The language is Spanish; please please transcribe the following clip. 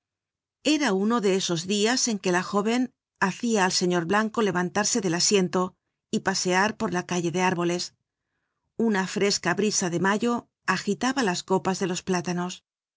era uno de esos dias en que la jóven hacia al señor blanco levantarse del asiento y pasear por la calle de árboles una fresca brisa de mayo agitaba las copas delos plátanos